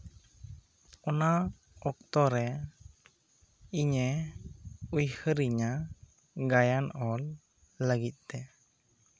ᱚᱱᱟ ᱚᱠᱛᱚ ᱨᱮ ᱤᱧᱮ ᱩᱭᱦᱟᱹᱨᱤᱧᱟᱹ ᱜᱟᱭᱟᱱ ᱚᱞ ᱞᱟᱹᱜᱤᱫ ᱛᱮ